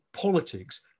politics